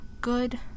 good